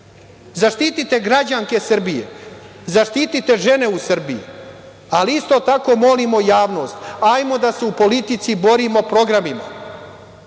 zaštite građanke Srbije, zaštite žene u Srbiji, ali isto tako molimo javnost, ajmo da se u politici borimo programima,